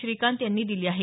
श्रीकांत यांनी दिली आहे